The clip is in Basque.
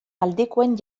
aldekoen